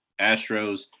Astros